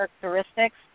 characteristics